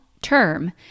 term